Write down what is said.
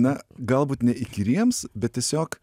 na galbūt ne įkyriems bet tiesiog